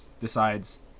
decides